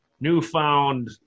Newfound